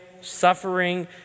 suffering